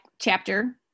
chapter